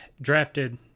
drafted –